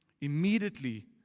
Immediately